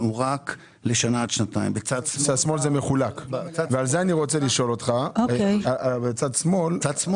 שבה הפיקדונות עלו רק בפי 1.46. אנחנו רואים בהחלט שיש